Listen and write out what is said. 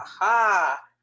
aha